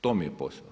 To mi je posao.